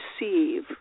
receive